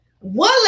One